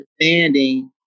understanding